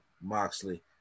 Moxley